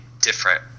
different